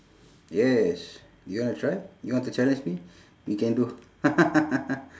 yes you want to try you want to challenge me we can do